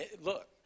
look